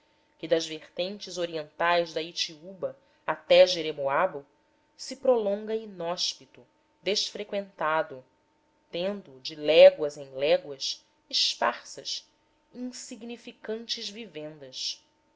que das vertentes orientais da itiúba até jeremoabo se prolonga inóspito desfreqüentado tendo de léguas esparsas insignificantes vivendas